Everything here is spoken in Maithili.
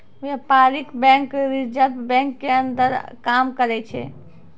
व्यपारीक बेंक रिजर्ब बेंक के अंदर काम करै छै